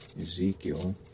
Ezekiel